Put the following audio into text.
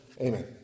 Amen